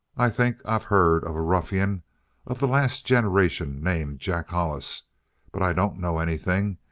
i think i've heard of a ruffian of the last generation named jack hollis but i don't know anything,